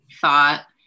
thought